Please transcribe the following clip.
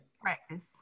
practice